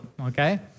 okay